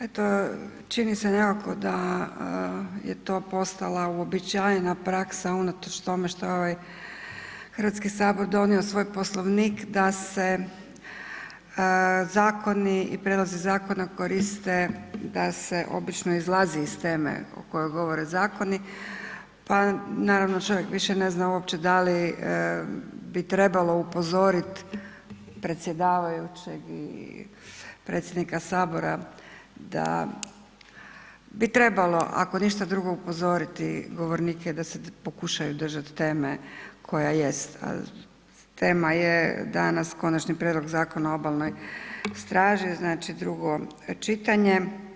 Eto čini se nekako da je to postala uobičajena praksa unatoč tome što je ovaj Hrvatski sabor donio svoj Poslovnik da se zakoni i prijedlozi zakona koriste da se obično izlazi iz teme o kojoj govore zakoni pa naravno čovjek više ne zna uopće da li bi trebalo upozoriti predsjedavajućeg i predsjednika Sabora da bi trebalo ako ništa drugo upozoriti govornike da se pokušaju držati teme koja jest a tema je danas Konačni prijedlog Zakona o obalnoj straži, znači drugo čitanje.